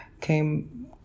came